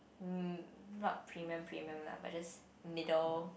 mm not premium premium la but just middle